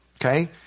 Okay